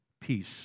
Peace